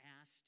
asked